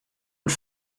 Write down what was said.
der